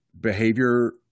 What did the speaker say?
behavior